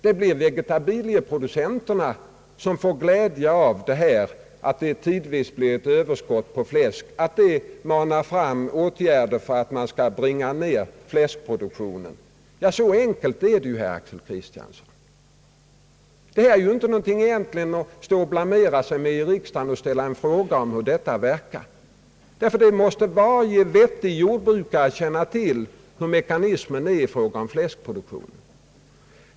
Det blir vegetabilieproducenterna som får glädje av att det tidvis uppkommer överskott på fläsk och att detta frammanar åtgärder för att nedbringa fläskproduktionen. Så enkelt är det, herr Axel Kristiansson. Det är egentligen att blamera sig att i riksdagen ställa en fråga om hur detta verkar. Varje vettig jordbrukare måste känna till hur mekanismen fungerar i fråga om fläskproduktionen.